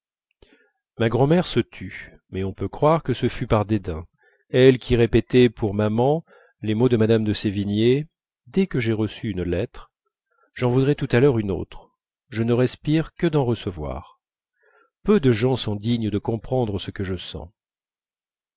ma grand'mère se tut mais on peut croire que ce fut par dédain elle qui répétait pour maman les mots de mme de sévigné dès que j'ai reçu une lettre j'en voudrais tout à l'heure une autre je ne respire que d'en recevoir peu de gens sont dignes de comprendre ce que je sens